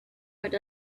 with